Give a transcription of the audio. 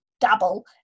dabble